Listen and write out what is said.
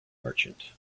merchant